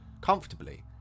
comfortably